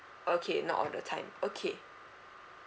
okay not all the time okay